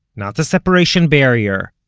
not the separation barrier,